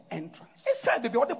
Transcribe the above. entrance